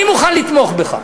אני מוכן לתמוך בך,